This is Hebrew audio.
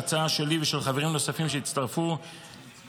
ההצעה שלי ושל חברים נוספים שהצטרפו היא